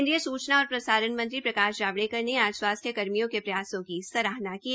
केन्द्रीय सूचना और प्रसारण मंत्री प्रकाश जावड़ेकर ने आज स्वासथ्य कर्मियों के प्रयासों की सराहना की है